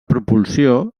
propulsió